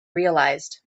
realized